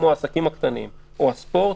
כמו עסקים קטנים או ספורט,